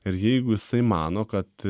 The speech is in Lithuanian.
ir jeigu jisai mano kad